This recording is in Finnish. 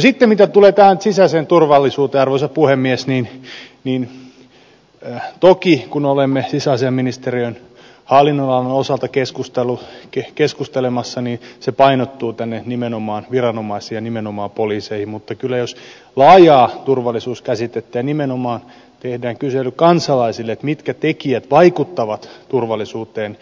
sitten mitä tulee tähän sisäiseen turvallisuuteen arvoisa puhemies niin toki kun olemme sisäasiainministeriön hallinnonalan osalta keskustelemassa se painottuu nimenomaan viranomaisiin ja nimenomaan poliiseihin mutta kyllä jos laajaa turvallisuuskäsitettä ajatellaan ja nimenomaan tehdään kysely kansalaisille mitkä tekijät vaikuttavat turvallisuuteen